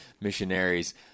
missionaries